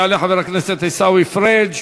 יעלה חבר הכנסת עיסאווי פריג'.